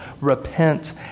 Repent